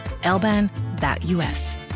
elban.us